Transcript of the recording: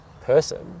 person